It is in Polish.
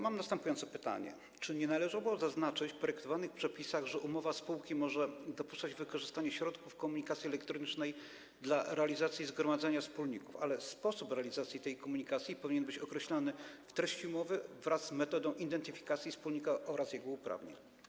Mam następujące pytanie: Czy nie należało zaznaczyć w projektowanych przepisach, że umowa spółki może dopuszczać wykorzystanie środków komunikacji elektronicznej dla realizacji zgromadzenia wspólników, ale sposób realizacji tej komunikacji powinien być określony w treści umowy wraz z metodą identyfikacji wspólnika oraz jego uprawnień?